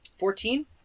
Fourteen